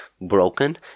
broken